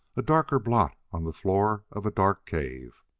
a darker blot on the floor of a dark cave.